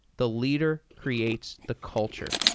the leader creates the culture.